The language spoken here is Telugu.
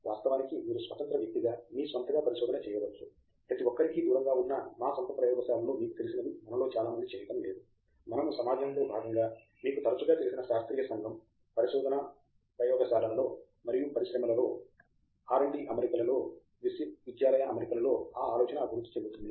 వాస్తవానికి మీరు స్వతంత్ర వ్యక్తిగా మీ స్వంతంగా పరిశోధన చేయవచ్చు ప్రతి ఒక్కరికీ దూరంగా ఉన్న మా సొంత ప్రయోగశాలలో మీకు తెలిసినవి మనలో చాలామంది చేయడం లేదు మనము సమాజంలో భాగంగా మీకు తరచుగా తెలిసిన శాస్త్రీయ సంఘం పరిశోధనా ప్రయోగశాలలలో మరియు పరిశ్రమలలో R D అమరికలలో విశ్వవిద్యాలయ అమరికలో ఆ ఆలోచన అభివృద్ధి చెందుతుంది